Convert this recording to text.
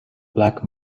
black